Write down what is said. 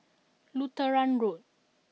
Lutheran Road